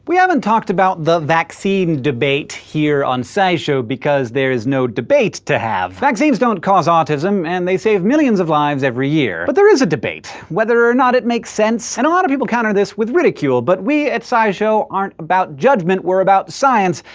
we haven't talked about the vaccine debate here on scishow because there is no debate to have. vaccines don't cause autism, and they save millions of lives every year. but there is a debate, whether or not it makes sense. and a lot of people counter this with ridicule, but we at scishow aren't about judgment, we're about science,